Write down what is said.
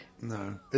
No